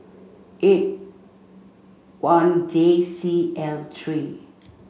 eight one J C L three